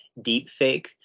deepfake